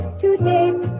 today